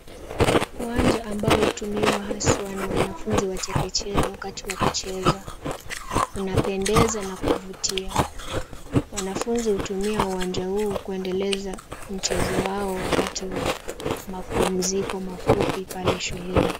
Uwanja ambao hutumiwa haswa na wanafunzi wa chekechea wakati wa kucheza. Unapendeza na kuvutia. Wanafunzi hutumia uwanja huu kuendeleza mchezo wao wakati wa mapumziko mafupi pale shuleni.